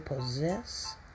possess